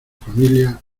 familia